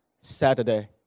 Saturday